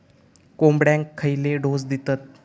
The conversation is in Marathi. कोंबड्यांक खयले डोस दितत?